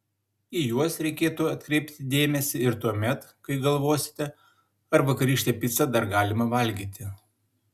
į juos reikėtų atkreipti dėmesį ir tuomet kai galvosite ar vakarykštę picą dar galima valgyti